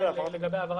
אני אעיר